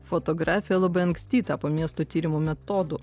fotografija labai anksti tapo miesto tyrimų metodu